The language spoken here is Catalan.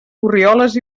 corrioles